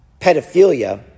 pedophilia